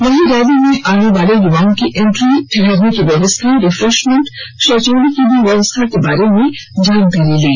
वहीं रैली में आने वाले युवाओं की इंट्री ठहरने की व्यवस्था रिफ्रेशमेंट शौचालय इत्यादि की व्यवस्था को बारे में जानकारी ली